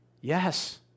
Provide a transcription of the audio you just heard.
Yes